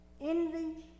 envy